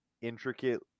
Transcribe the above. intricate